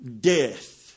death